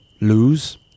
Lose